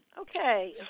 Okay